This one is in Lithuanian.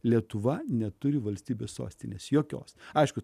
lietuva neturi valstybės sostinės jokios aišku